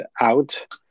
out